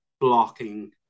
blocking